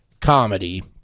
comedy